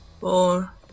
four